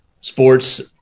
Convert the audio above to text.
sports